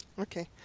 Okay